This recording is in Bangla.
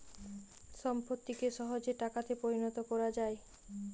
সম্পত্তিকে সহজে টাকাতে পরিণত কোরা যায়